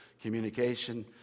communication